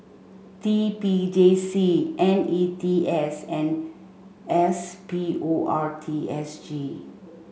T P J C N E T S and S P O R T S G